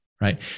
Right